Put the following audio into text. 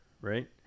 right